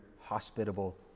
hospitable